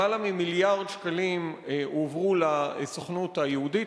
למעלה ממיליארד שקלים הועברו לסוכנות היהודית,